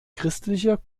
christlicher